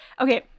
Okay